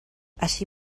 així